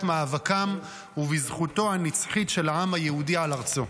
מאבקם ובזכותו הנצחית של העם היהודי על ארצו.